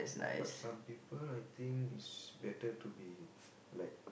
but some people I think it's better to be like